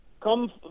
Come